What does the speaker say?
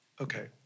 okay